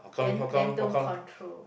then then don't control